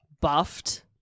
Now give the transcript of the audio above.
buffed